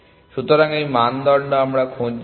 সুতরাং এই মানদণ্ড আমরা খুঁজছিলাম